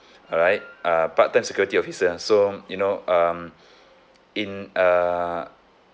alright uh part time security officer so you know um in uh